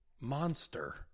monster